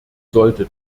sollte